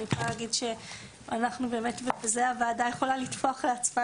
אני יכולה להגיד שהוועדה יכולה לטפוח לעצמה